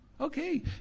Okay